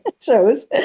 shows